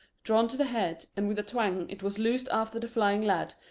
drawn to the head, and with a twang it was loosed after the flying lad,